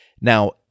Now